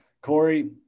Corey